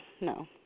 no